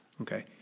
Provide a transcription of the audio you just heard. Okay